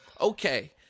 Okay